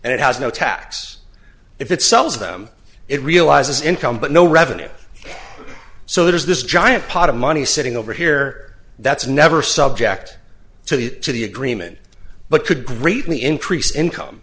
and it has no tax if it sells them it realizes income but no revenue so there's this giant pot of money sitting over here that's never subject to the to the agreement but could greatly increase income